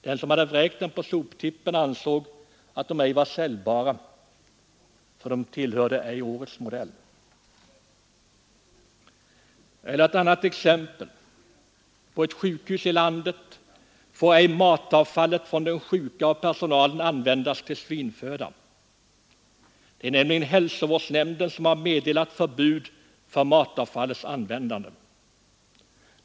Den som hade vräkt dem på soptippen ansåg att de ej var säljbara för att de ej var årets modell. Eller ett annat exempel: På ett sjukhus i landet får ej matavfallet från de sjuka och personalen användas till svinföda. Hälsovårdsnämnden har nämligen meddelat förbud för matavfallets användande.